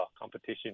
competition